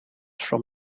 from